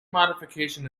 modification